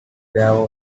there